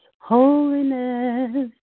holiness